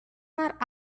not